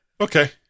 Okay